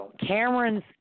Cameron's